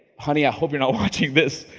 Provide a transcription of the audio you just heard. honey, i hope you're not watching this.